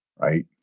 right